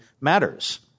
matters